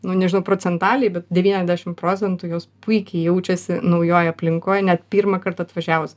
nu nežinau procentaliai bet devyniasdešim procentų jos puikiai jaučiasi naujoj aplinkoj net pirmąkart atvažiavus